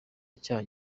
icyaha